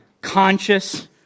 conscious